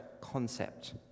concept